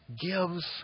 gives